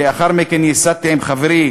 לאחר מכן, בשנת 1995 יסדתי עם חברי,